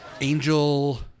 Angel